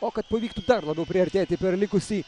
o kad pavyktų dar labiau priartėti per likusį